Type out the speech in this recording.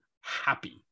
happy